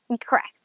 Correct